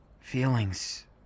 Feelings